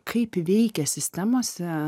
kaip veikia sistemose